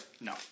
No